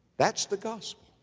that's the gospel.